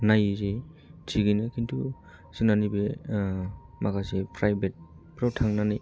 नायो जे थिगैनो खिन्थु जोंना नैबे माखासे प्राइबेट फ्राव थांनानै